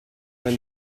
when